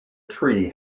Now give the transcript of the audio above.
tree